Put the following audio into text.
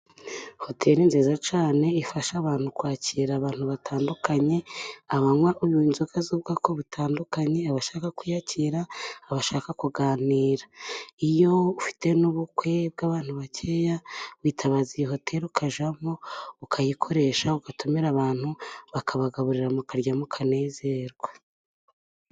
Hoteri nziza cyane ifasha abantu kwakira abantu batandukanye, abanywa, unywa inzoga z'ubwoko butandukanye, abashaka kwiyakira, abashaka kuganira. Iyo ufite n'ubukwe bw'abantu bakeya witabaza iyi hoteri ukajyamo ukayikoresha ugatumira abantu bakabagaburira mukarya mukanezerwa.